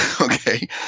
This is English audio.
okay